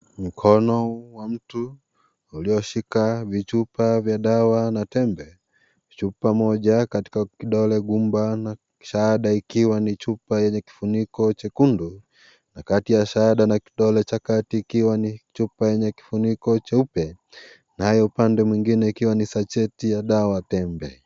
Mikono wa mtu iliyo shika vichupa vya dawa na tembe. Chupa moja katika kidole gumba na shahada ikiwa ni chupa yenye kifuniko chekundu na kati ya shahada na kidole cha kati, kukiwa chupa yenye kifuniko cheupe naye upande mwingine ukiwa sacheti ya dawa tembe.